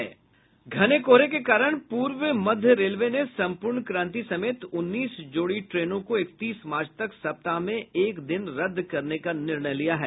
घने कोहरे के कारण पूर्व मध्य रेलवे ने संपूर्णक्रांति समेत उन्नीस जोड़ी ट्रेनों को इकतीस मार्च तक सप्ताह में एक दिन रद्द करने का निर्णय लिया है